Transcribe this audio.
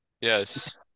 Yes